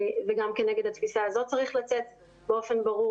וגם כן נגד התפיסה הזאת צריך לצאת באופן ברור,